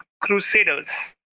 Crusaders